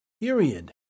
Period